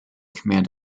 command